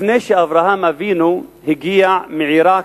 לפני שאברהם אבינו הגיע מעירק,